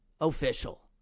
official